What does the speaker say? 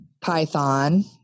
Python